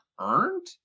earned